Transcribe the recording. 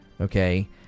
Okay